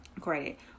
credit